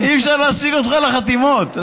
אי-אפשר להשיג אותך לחתימות.